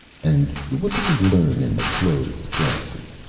and what do they learn in the closed classes?